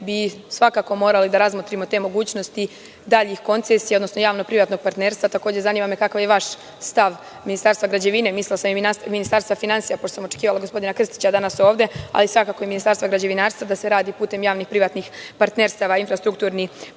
bi svakako morali da razmotrimo te mogućnosti daljih koncesija, odnosno javno-privatnog partnerstva. Zanima me kakav je vaš stav, Ministarstva građevine, mislila sam i Ministarstva finansija, pošto sam očekivala gospodina Krstića danas ovde, ali svakako i Ministarstva građevinarstva, da se radi putem javnih, privatnih partnerstava infrastrukturni